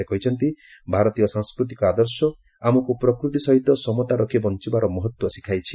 ସେ କହିଛନ୍ତି ଭାରତୀୟ ସାଂସ୍କୃତିକ ଆଦର୍ଶ ଆମକୁ ପ୍ରକୃତି ସହିତ ସମତା ରଖି ବଞ୍ଚବାର ମହତ୍ତ୍ୱ ଶିଖାଇଛି